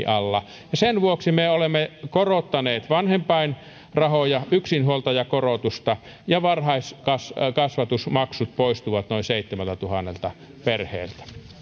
alla sen vuoksi me olemme korottaneet vanhempainrahoja ja yksinhuoltajakorotusta ja varhaiskasvatusmaksut poistuvat noin seitsemältätuhannelta perheeltä